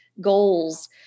goals